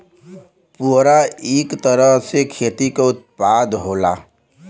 पुवरा इक तरह से खेती क उत्पाद होला